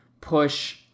push